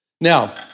Now